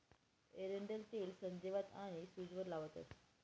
एरंडनं तेल संधीवात आनी सूजवर लावतंस